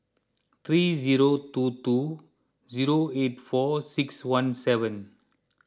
three zero two two zero eight four six one seven